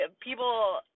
people